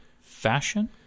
Fashion